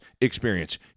experience